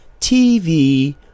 TV